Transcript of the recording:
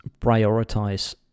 prioritize